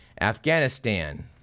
Afghanistan